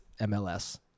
MLS